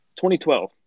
2012